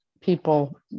people